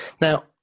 Now